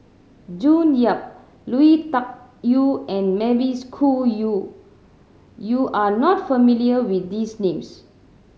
June Yap Lui Tuck Yew and Mavis Khoo Yew you are not familiar with these names